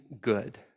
good